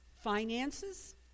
finances